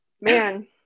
man